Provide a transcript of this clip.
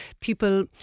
people